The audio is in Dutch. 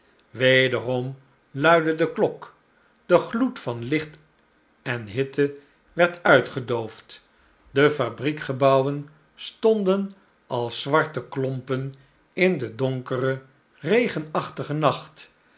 wederom luidde de klok de gloed van licht en hitte werd uitgedoofd de fabriekgebouwen stonden als zwarte klompen in den donkeren regenachtigen nacht